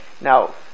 Now